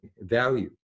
value